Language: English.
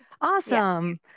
Awesome